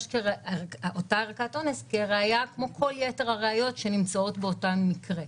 כראיה כמו כל יתר הראיות שנמצאות באותו מקרה.